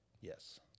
Yes